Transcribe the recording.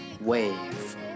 Wave